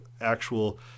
actual